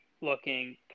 looking